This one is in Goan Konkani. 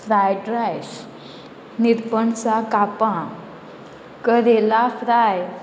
फ्रायड रायस निरपणसा कापां करेला फ्राय